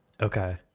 Okay